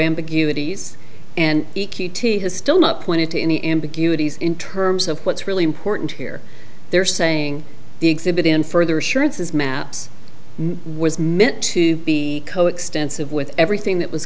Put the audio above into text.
ambiguity s and t has still not pointed to any ambiguities in terms of what's really important here they're saying the exhibit in further assurances maps was meant to be coextensive with everything that was